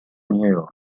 نيويورك